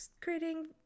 creating